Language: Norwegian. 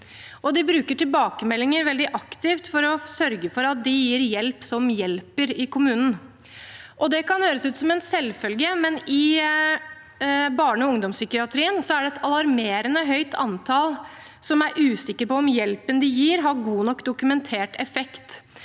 de bruker tilbakemeldinger veldig aktivt for å sørge for at de gir hjelp som hjelper, i kommunen. Det kan høres ut som en selvfølge, men i barne- og ungdomspsykiatrien er det et alarmerende høyt antall som er usikker på om hjelpen de gir, har god nok dokumentert effekt,